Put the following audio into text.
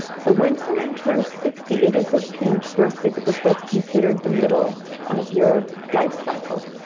so when someone turns sixty it is a huge birthday because that's considered the middle of your life cycle.